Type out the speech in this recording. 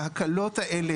ההקלות האלה,